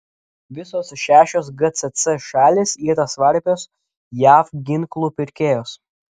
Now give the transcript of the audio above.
visos šešios gcc šalys yra svarbios jav ginklų pirkėjos